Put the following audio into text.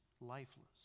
lifeless